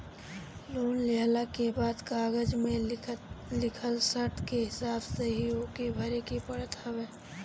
loan लेहला के बाद कागज में लिखल शर्त के हिसाब से ही ओके भरे के पड़त हवे